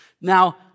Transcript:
Now